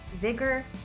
vigor